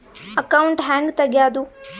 Account ಹ್ಯಾಂಗ ತೆಗ್ಯಾದು?